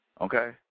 Okay